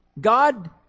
God